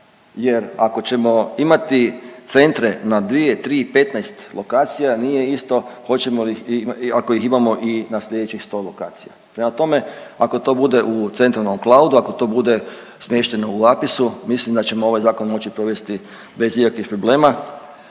Jer ako ćemo imati centre na 2, 3, 15 lokacija, nije isto hoćemo li ih, ako ih imamo i na slijedećih 100 lokacija. Prema tome ako to bude u centralnom cloudu, ako to bude smješteno u APIS-u, mislim da ćemo ovaj zakon moći provesti bez ikakvih problema.